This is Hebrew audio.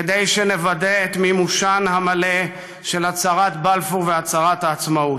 כדי שנוודא את מימושן המלא של הצהרת בלפור והצהרת העצמאות.